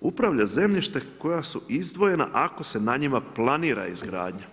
upravlja zemljištem koja su izdvojena ako se na njima planira izgradnja.